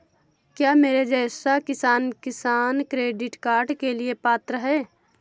क्या मेरे जैसा किसान किसान क्रेडिट कार्ड के लिए पात्र है?